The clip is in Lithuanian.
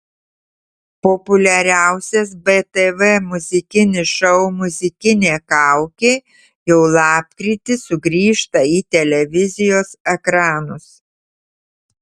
populiariausias btv muzikinis šou muzikinė kaukė jau lapkritį sugrįžta į televizijos ekranus